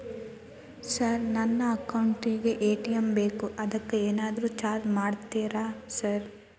Sir ನನ್ನ account ಗೇ ATM ಬೇಕು ಅದಕ್ಕ ಏನಾದ್ರು ಚಾರ್ಜ್ ಮಾಡ್ತೇರಾ ಸರ್?